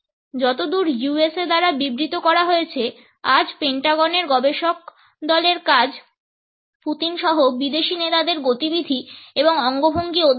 যতদূর USA দ্বারা বিবৃত করা হয়েছে আজ পেন্টাগনের গবেষক দলের কাজ পুতিন সহ বিদেশী নেতাদের গতিবিধি এবং অঙ্গভঙ্গি অধ্যয়ন করা